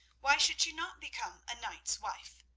why should she not become a knight's wife?